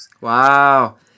Wow